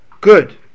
Good